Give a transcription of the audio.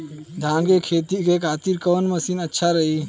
धान के खेती के खातिर कवन मशीन अच्छा रही?